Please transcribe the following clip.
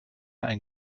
ein